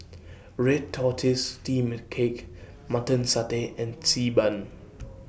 Red Tortoise Steamed Cake Mutton Satay and Xi Ban